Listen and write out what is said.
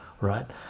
right